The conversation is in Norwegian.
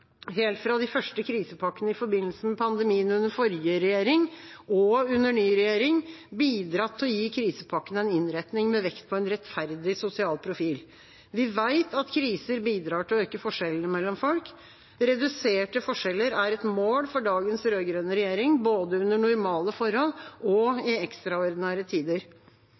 helt fra de første krisepakkene i forbindelse med pandemien – under forrige regjering og under ny regjering – bidratt til å gi krisepakkene en innretning med vekt på en rettferdig sosial profil. Vi vet at kriser bidrar til å øke forskjellene mellom folk. Reduserte forskjeller er et mål for dagens rød-grønne regjering, både under normale forhold og i ekstraordinære tider.